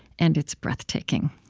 and it's breathtaking.